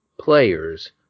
players